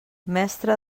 mestre